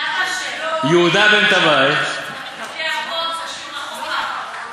למה שלא, את פרקי אבות תשאיר לחוק האחרון,